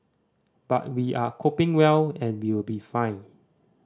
but we are coping well and we will be fine